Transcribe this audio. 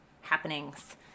happenings